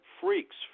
freaks